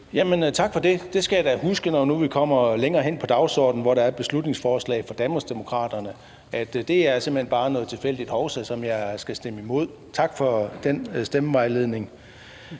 Tak for det. Det skal jeg da huske, når nu vi kommer længere ned på dagsordenen, hvor der er et beslutningsforslag fra Danmarksdemokraterne – altså, det er simpelt hen bare noget tilfældigt hovsa, som jeg skal stemme imod. Tak for den stemmevejledning.